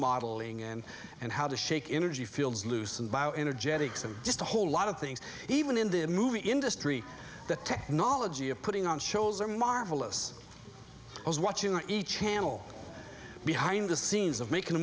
modeling and and how to shake energy fields loose and bio energetics and just a whole lot of things even in the movie industry the technology of putting on shows are marvelous as watching each channel behind the scenes of making a